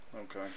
Okay